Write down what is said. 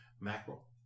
Mackerel